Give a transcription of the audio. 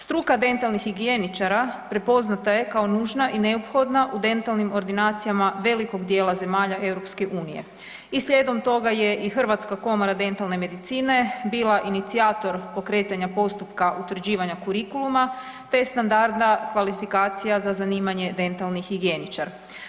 Struka dentalnih higijeničara prepoznata je kao nužna i neophodna u dentalnim ordinacijama velikog dijela zemalja EU i slijedom toga je i Hrvatska komora dentalne medicine bila inicijator pokretanja postupka utvrđivanja kurikuluma te standarda kvalifikacija za zanimanje dentalni higijeničar.